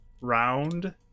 Round